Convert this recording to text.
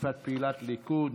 תקיפת פעילת ליכוד.